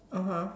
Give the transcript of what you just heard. (uh huh)